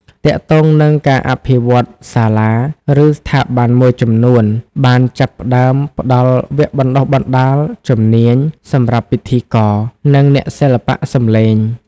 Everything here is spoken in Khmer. ទាក់ទងនឹងការអភិវឌ្ឍន៍សាលា ឬស្ថាប័នមួយចំនួនបានចាប់ផ្តើមផ្តល់ វគ្គបណ្ដុះបណ្ដាលជំនាញ សម្រាប់ពិធីករ និងអ្នកសិល្បៈសំឡេង។